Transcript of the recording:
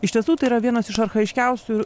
iš tiesų tai yra vienas iš archajiškiausių